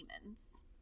demons